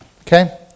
Okay